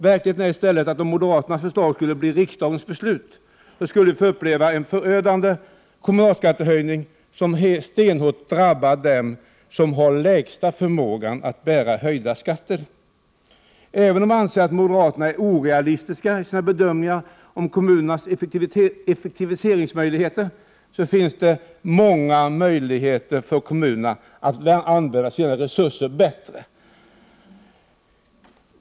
Verkligheten är i stället den att om moderaternas förslag skulle bli riksdagens beslut, skulle vi få uppleva en förödande kommunalskattehöjning som stenhårt drabbar dem som har den sämsta förmågan att bära höjda skatter. Även om jag anser att moderaterna är orealistiska i sina bedömningar om kommunernas effektiviseringsmöjligheter, finns det många möjligheter för kommunerna att använda sina resurser bättre.